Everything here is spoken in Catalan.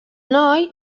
noi